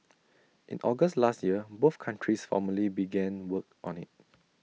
in August last year both countries formally began work on IT